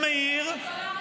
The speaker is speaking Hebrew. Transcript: אתה גולדה מאיר,